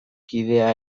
kidea